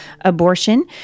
abortion